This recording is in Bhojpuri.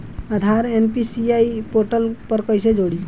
आधार एन.पी.सी.आई पोर्टल पर कईसे जोड़ी?